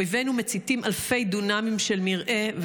אויבינו מציתים אלפי דונמים של מרעה,